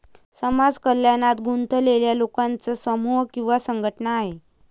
समाज कल्याणात गुंतलेल्या लोकांचा समूह किंवा संघटना आहे